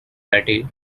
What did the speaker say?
betty